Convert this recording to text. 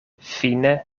fine